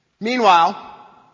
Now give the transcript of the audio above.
Meanwhile